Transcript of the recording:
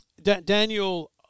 Daniel